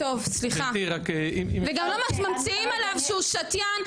וגם לא ממציאים עליו שהוא שתיין,